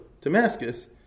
Damascus